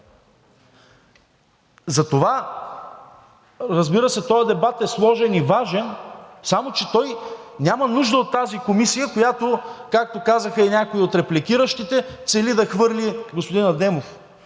Затова, разбира се, този дебат е сложен и важен, само че той няма нужда от тази комисия, която, както казаха и някои от репликиращите – по-скоро господин Адемов,